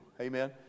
Amen